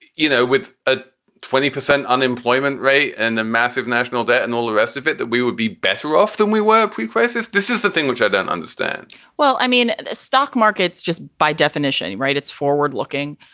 you know, with a twenty percent unemployment rate and the massive national debt and all the rest of it, that we would be better off than we were pre crisis. this is the thing which i don't understand well, i mean, the stock markets just by definition, definition, right. it's forward looking.